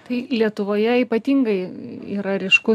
tai lietuvoje ypatingai yra ryškus